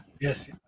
yes